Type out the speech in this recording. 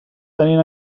tenint